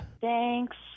Thanks